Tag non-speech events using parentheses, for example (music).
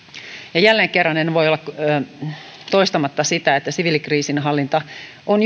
jälleen kerran en voi olla toistamatta sitä että siviilikriisinhallinta on (unintelligible)